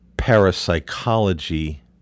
parapsychology